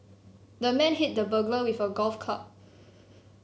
the man hit the burglar with a golf club